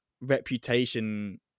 reputation